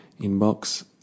inbox